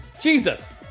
Jesus